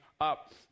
up